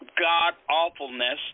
god-awfulness